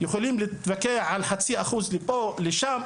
אנחנו יכולים להתווכח על חצי אחוז לפה או לשם,